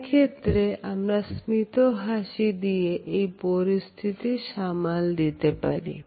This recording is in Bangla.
সেই ক্ষেত্রে আমরা স্মিত হাসি দিয়ে এই পরিস্থিতির সামাল দিতে পারি